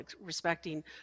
respecting